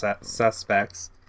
suspects